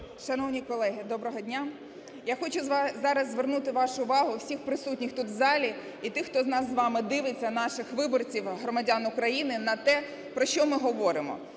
Шановні колеги, доброго дня! Я хочу зараз звернути вашу увагу, всіх присутніх тут, в залі і тих, хто нас з вами дивиться, наших виборців, громадян України, на те, про що ми говоримо.